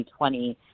2020